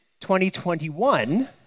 2021